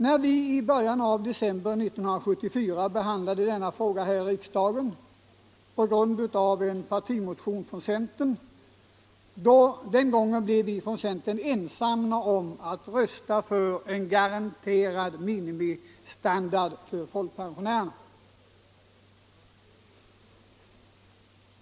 När riksdagen i början av december 1974 behandlade denna fråga på grund av en partimotion från centern blev vi i centern ensamma om att rösta för en garanterad minimistandard till folkpensionärerna.